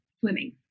swimming